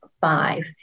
five